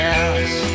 else